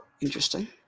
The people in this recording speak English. Interesting